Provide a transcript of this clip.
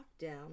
lockdown